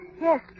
Yes